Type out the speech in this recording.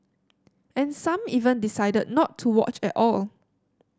and some even decided not to watch at all